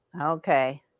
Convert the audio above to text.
Okay